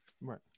Right